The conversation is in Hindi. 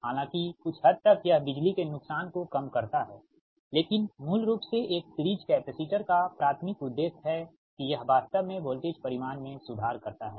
हालांकि कुछ हद तक यह बिजली के नुकसान को कम करता है लेकिन मूल रूप से एक सीरिज़ कैपेसिटर का प्राथमिक उद्देश्य है कि यह वास्तव में वोल्टेज परिमाण में सुधार करता है